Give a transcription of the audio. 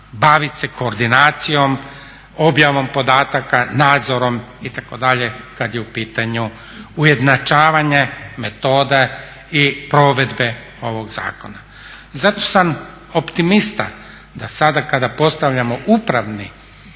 baviti se koordinacijom, objavom podataka, nadzorom itd. kad je u pitanju ujednačavanje metode i provedbe ovog zakona. I zato sam optimista da sada kada postavljamo upravni